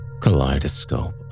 kaleidoscope